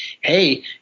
Hey